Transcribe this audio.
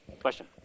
question